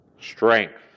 strength